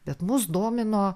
bet mus domino